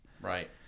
Right